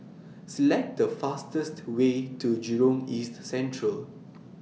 Select The fastest Way to Jurong East Central